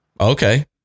Okay